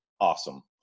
awesome